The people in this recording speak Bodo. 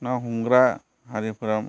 ना हमग्रा हारिफोरा